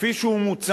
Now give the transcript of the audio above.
כפי שהוא מוצהר,